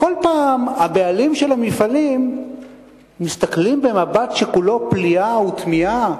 כל פעם הבעלים של המפעלים מסתכלים במבט שכולו פליאה ותמיהה: